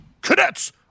Cadets